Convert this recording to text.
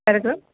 कार्यक्रम